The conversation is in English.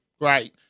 right